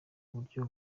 buryo